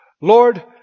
Lord